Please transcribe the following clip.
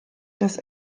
dass